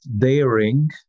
daring